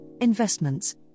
investments